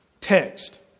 text